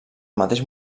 mateix